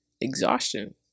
exhaustion